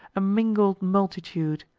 a mingled multitude.